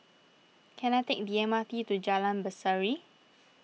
can I take the M R T to Jalan Berseri